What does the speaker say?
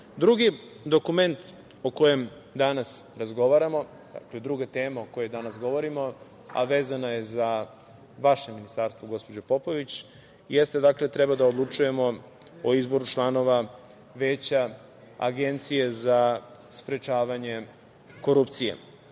dokument o kojem danas razgovaramo, dakle druga tema o kojoj danas govorimo, a vezana je za vaše ministarstvo, gospođo Popović, treba da odlučujemo o izboru članova Veća Agencije za sprečavanje korupcije. Naime,